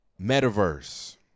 metaverse